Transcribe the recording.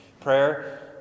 Prayer